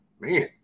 man